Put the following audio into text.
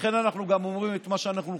לכן אנחנו גם אומרים את מה שאנחנו חושבים.